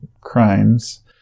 crimes